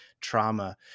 trauma